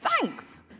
thanks